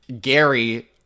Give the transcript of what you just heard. Gary